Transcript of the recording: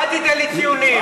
אל תיתן לי ציונים.